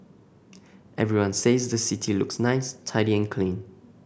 everyone says the city looks nice tidy and clean